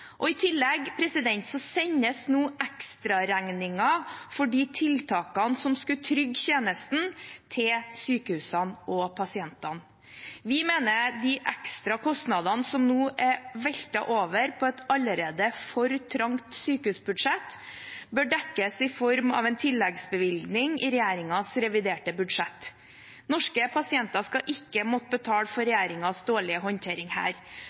I tillegg sendes nå ekstraregningen for de tiltakene som skulle trygge tjenesten, til sykehusene og pasientene. Vi mener de ekstra kostnadene som nå er veltet over på et allerede for trangt sykehusbudsjett, bør dekkes i form av en tilleggsbevilgning i regjeringens reviderte budsjett. Norske pasienter skal ikke måtte betale for regjeringens dårlige håndtering.